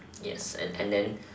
yes and and then